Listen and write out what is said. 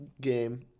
game